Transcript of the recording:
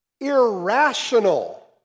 Irrational